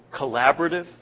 collaborative